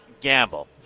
gamble